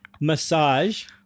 Massage